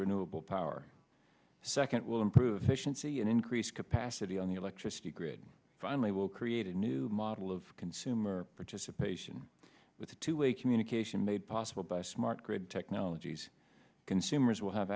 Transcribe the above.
renewable power second will improve efficiency and increase capacity on the electricity grid finally will create a new model of consumer participation with a two way communication made possible by smart grid technologies consumers will have